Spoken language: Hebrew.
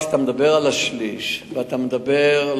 כאשר אתה מדבר על השליש ואתה מדבר על